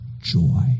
joy